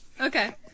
Okay